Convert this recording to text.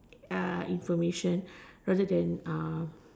information rather than